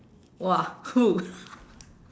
!wah! who